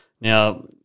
Now